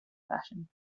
passion